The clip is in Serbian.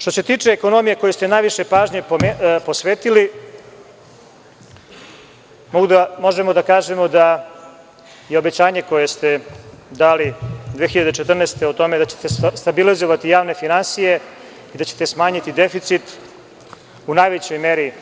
Što se tiče ekonomije kojoj ste najviše pažnje posvetili, možemo da kažemo da je obećanje koje ste dali 2014. godine o tome da ćete stabilizovati javne finansije i da ćete smanjiti deficit u najvećoj meri